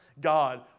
God